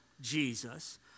Jesus